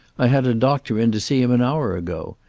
i had a doctor in to see him an hour ago.